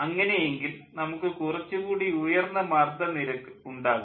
അങ്ങനെയെങ്കിൽ നമുക്ക് കുറച്ചു കൂടി ഉയർന്ന മർദ്ദ നിരക്ക് ഉണ്ടാകും